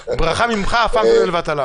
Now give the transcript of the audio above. ברכה ממך זה אף פעם לא לבטלה.